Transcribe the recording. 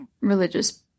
religious